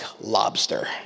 lobster